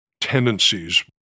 tendencies